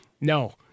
no